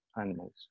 animals